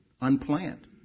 unplanned